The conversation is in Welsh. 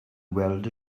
weld